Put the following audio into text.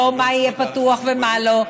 לא מה יהיה פתוח ומה לא.